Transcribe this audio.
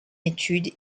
étude